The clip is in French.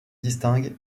distingue